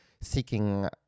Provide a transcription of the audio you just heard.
seeking